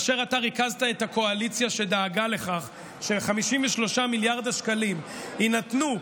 אשר אתה ריכזת את הקואליציה שדאגה לכך ש-53 מיליארד השקלים יינתנו,